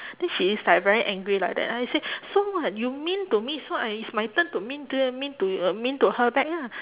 then she is like very angry like that I said so what you mean to me so I is my turn to mean to y~ mean to y~ uh mean to her back ah